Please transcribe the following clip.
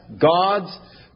God's